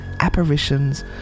apparitions